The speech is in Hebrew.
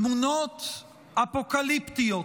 תמונות אפוקליפטיות.